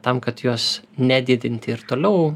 tam kad juos nedidinti ir toliau